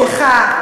מה שאת עושה פה.